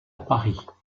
paris